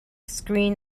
screen